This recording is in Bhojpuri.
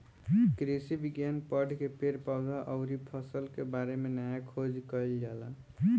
कृषि विज्ञान पढ़ के पेड़ पौधा अउरी फसल के बारे में नया खोज कईल जाला